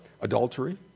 adultery